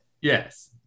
Yes